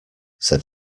said